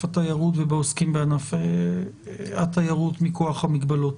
התיירות ובעוסקים בענף התיירות מכוח המגבלות.